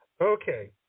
Okay